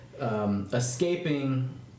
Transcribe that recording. escaping